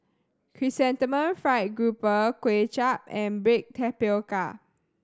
Chrysanthemum Fried Grouper Kway Chap and baked tapioca